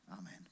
Amen